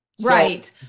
Right